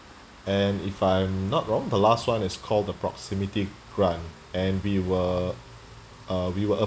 and if I'm not wrong the last one is called the proximity grant and we were uh we were